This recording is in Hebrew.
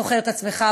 זוכר את עצמך,